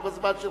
לא בזמן של